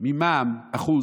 ממע"מ 1%,